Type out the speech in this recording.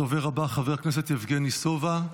הדובר הבא, חבר הכנסת יבגני סובה,